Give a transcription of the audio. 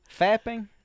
Fapping